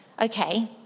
Okay